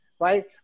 right